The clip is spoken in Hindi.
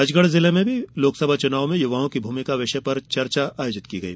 राजगढ़ जिले में भी लोकसभा चुनाव में युवाओं की भूमिका विषय पर चर्चा की गई